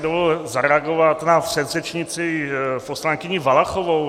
Dovolil bych si zareagovat na předřečnici poslankyni Valachovou.